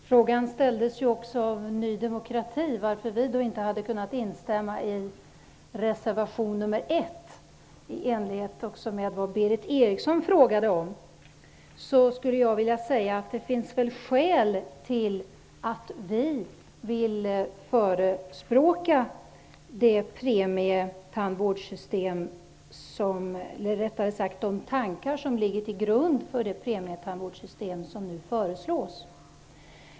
Frågan ställdes också av Ny demokrati varför vi inte hade kunnat instämma i reservation 1, och med anledning av det Berith Eriksson frågade om skulle jag vilja säga att det finns skäl till att vi vill förespråka de tankar som ligger till grund för det premietandvårdssystem som nu föreslås.